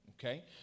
okay